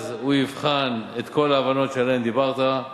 ואז הוא יבחן את כל ההבנות שעליהן דיברת,